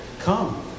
Come